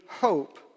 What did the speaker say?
hope